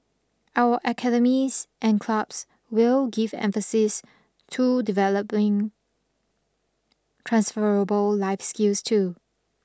our academies and clubs will give emphases to developing transferable life skills too